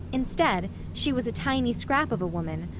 instead, she was a tiny scrap of a woman,